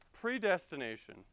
Predestination